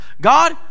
God